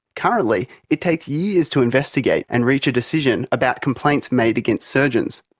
currently it takes years to investigate and reach a decision about complaints made against surgeons.